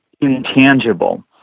intangible